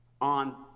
on